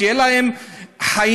שיהיו להם חיים,